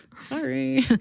Sorry